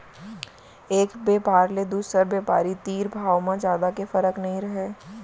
एक बेपारी ले दुसर बेपारी तीर भाव म जादा के फरक नइ रहय